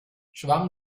schwamm